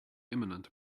imminent